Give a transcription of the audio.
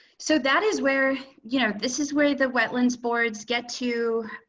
so that is where, you know, this is where the wetlands boards get to